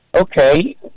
Okay